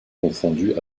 confondue